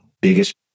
biggest